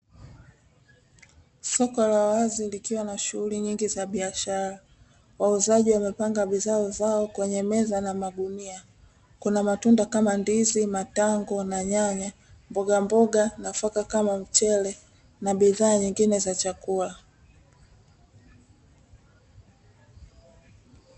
Soko la wazi likiwa na shughuli nyingi za biashara, wauzaji wamepanga bidhaa zao kwenye meza na magunia. Kuna matunda kama ndizi, matango na nyanya, mbogamboga, nafaka kama mchele na bidhaa nyingine za chakula.